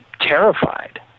terrified